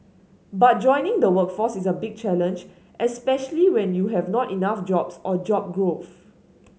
but joining the workforce is a big challenge especially when you have not enough jobs or job growth